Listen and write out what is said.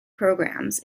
programmes